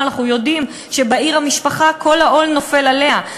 אנחנו יודעים שבעיר כל העול נופל על המשפחה,